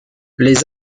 les